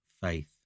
faith